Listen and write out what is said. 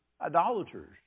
idolaters